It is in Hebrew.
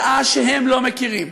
משעה שהם לא מכירים